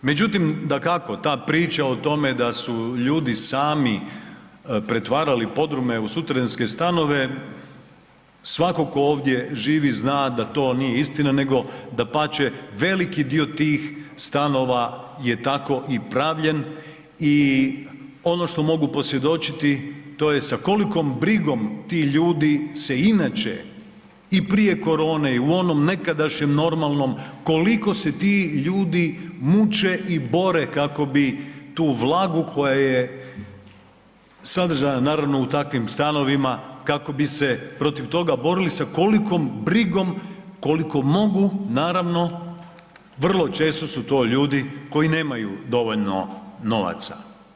Međutim, dakako ta priča o tome da su ljudi sami pretvarali podrume u suterenske stanove svako ko ovdje živi zna da to nije istina nego dapače veliki dio tih stanova je tako i pravljen i ono što mogu posvjedočiti to je sa kolikom brigom ti ljudi se inače i prije korone i u onom nekadašnjem normalnom koliko se ti ljudi muče i bore kako bi tu vlagu koja je sadržana naravno u takvim stanovima kako bi se protiv toga borili sa kolikom brigom koliko mogu naravno vrlo često su to ljudi koji nemaju dovoljno novaca.